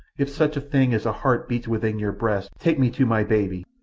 if such a thing as a heart beats within your breast, take me to my baby!